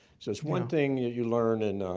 so it's one thing that you learn in a